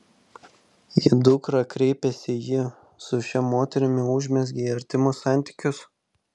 į dukrą kreipėsi ji su šia moterimi užmezgei artimus santykius